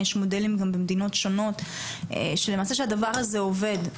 יש מודלים גם במדינות שונות למעשה שהדבר הזה עובד.